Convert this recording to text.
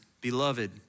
beloved